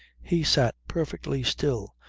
he sat perfectly still,